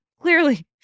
Clearly